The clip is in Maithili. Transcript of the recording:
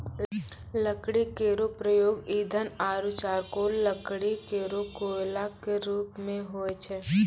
लकड़ी केरो प्रयोग ईंधन आरु चारकोल लकड़ी केरो कोयला क रुप मे होय छै